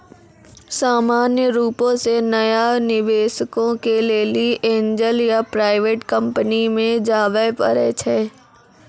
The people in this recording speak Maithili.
सामान्य रुपो से नया निबेशको के लेली एंजल या प्राइवेट कंपनी मे जाबे परै छै